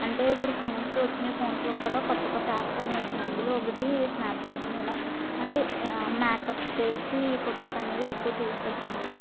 అంటే ఇప్పుడు ఫోన్స్ వచ్చిన ఫోన్స్లో కూడా కొత్త కొత్త యాప్స్ అన్ని వచ్చిన అందులో ఒకటి స్నాప్చాట్ అని ఎలా అంటే మేకప్ వేసి ఫొటోస్ అనేవి ఎక్కువ తీస్తుంది ఫోన్లో